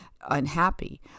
unhappy